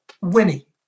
Winnie